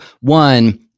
one